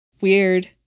Weird